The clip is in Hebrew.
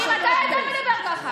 ממתי אתה מדבר ככה?